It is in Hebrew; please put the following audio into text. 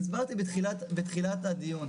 הסברתי בתחילת הדיון.